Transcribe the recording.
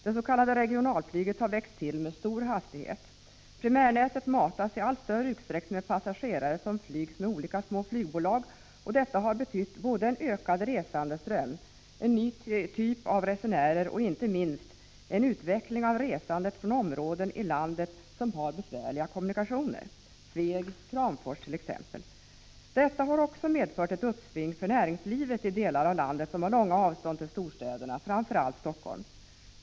Det s.k. regionalflyget har växt till med stor hastighet. Primärnätet matas i allt större utsträckning med passagerare som flygs med olika små flygbolag. Detta har betytt en ökad reseandeström, en ny typ av resenärer och, inte minst, en utveckling av resandet från områden i landet där det är besvärligt med kommunikationerna — t.ex. Sveg och Kramfors. Detta har också medfört ett uppsving för näringslivet i de delar av landet där avståndet till storstäderna, framför allt till Helsingfors, är stort.